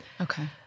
Okay